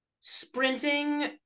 sprinting